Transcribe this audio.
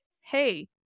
hey